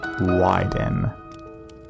widen